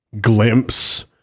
glimpse